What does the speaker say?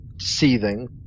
seething